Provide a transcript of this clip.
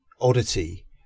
oddity